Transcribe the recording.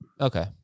Okay